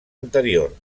anterior